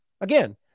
Again